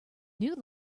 new